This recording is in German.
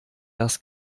das